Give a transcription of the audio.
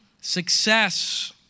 success